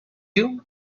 you